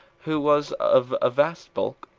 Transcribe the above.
who was of a vast bulk,